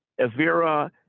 Avera